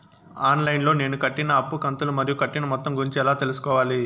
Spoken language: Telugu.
ఆన్ లైను లో నేను కట్టిన అప్పు కంతులు మరియు కట్టిన మొత్తం గురించి ఎలా తెలుసుకోవాలి?